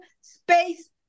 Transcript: space